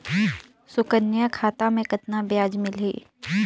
सुकन्या खाता मे कतना ब्याज मिलही?